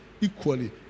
equally